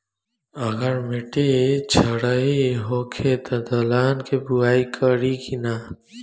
अगर मिट्टी क्षारीय होखे त दलहन के बुआई करी की न?